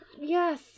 yes